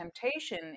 temptation